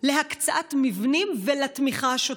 להקצאת מבנים ולתמיכה השוטפת.